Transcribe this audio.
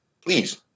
Please